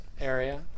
area